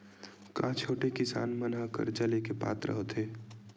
का छोटे किसान मन हा कर्जा ले के पात्र होथे?